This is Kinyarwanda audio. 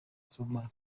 sibomana